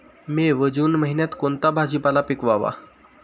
मे व जून महिन्यात कोणता भाजीपाला पिकवावा?